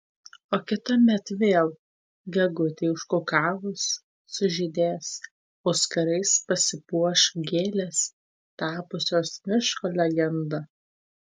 o kitąmet vėl gegutei užkukavus sužydės auskarais pasipuoš gėlės tapusios miško legenda